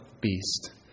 beast